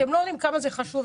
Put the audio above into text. אתם לא יודעים כמה זה חשוב,